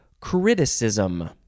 criticism